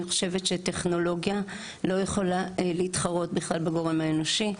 אני חושבת שהטכנולוגיה לא יכולה להתחרות בכלל בגורם האנושי,